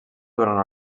durant